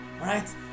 right